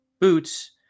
boots